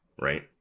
Right